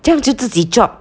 这样就自己 chop